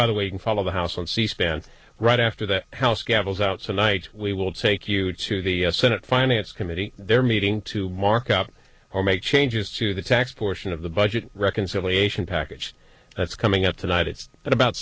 by the way can follow the house on c span right after the house cancels out some night we will take you to the senate finance committee they're meeting to mark up or make changes to the tax portion of the budget reconciliation package that's coming up tonight it's